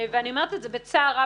ואני אומרת את זה בצער רב,